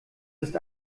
ist